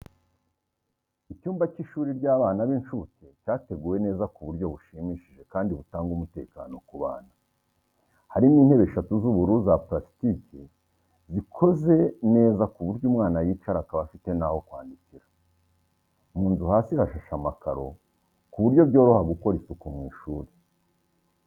Icyumba cy’ishuri ry'abana b’incuke cyateguwe neza ku buryo bushimishije kandi butanga umutekano ku bana. Harimo intebe eshatu z'ubururu za pulasitike zikoze neza ku buryo umwana yicara akaba afite n'aho kwandikira. Mu nzu hasi hashashe amakaro ku buryo byoroha gukora isuku mu ishuri.